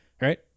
right